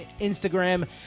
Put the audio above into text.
Instagram